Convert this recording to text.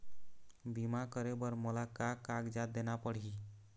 बीमा करे बर मोला का कागजात देना पड़ही?